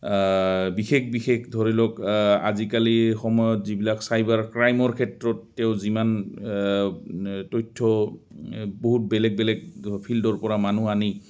বিশেষ বিশেষ ধৰি লওক আজিকালি সময়ত যিবিলাক চাইবাৰ ক্ৰাইমৰ ক্ষেত্ৰত তেওঁ যিমান তথ্য বহুত বেলেগ বেলেগ ফিল্ডৰ পৰা মানুহ আনি